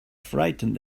frightened